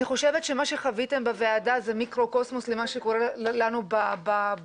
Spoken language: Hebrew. אני חושבת שמה שחוויתם בוועדה זה מיקרוקוסמוס למה שקורה לנו בעם,